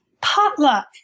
Potluck